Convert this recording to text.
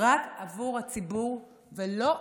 חבר הכנסת, בבקשה.